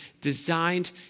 designed